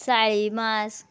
साळी मांस